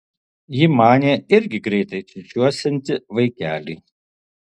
ji manė irgi greitai čiūčiuosianti vaikelį